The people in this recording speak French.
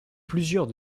plusieurs